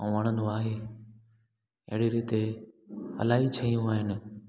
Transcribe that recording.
ऐं वणंदो आहे अहिड़ी हिते इलाही शयूं आहिनि